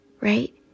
right